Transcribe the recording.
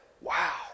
Wow